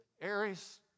Aries